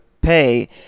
pay